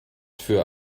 für